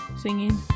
singing